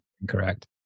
incorrect